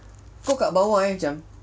kau kat bawah eh macam